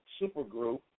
supergroup